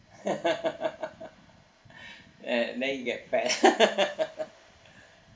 and then you get prank